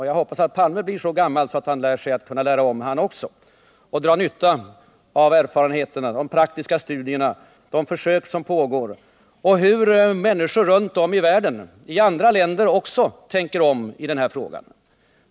Jag hoppas att även Olof Palme blir så gammal att han kan lära sig att lära om och dra nytta av erfarenheterna, de praktiska studierna och av de försök som pågår och lära sig någonting av att människor runt om i världen tänker om rörande kärnenergin.